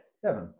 Seven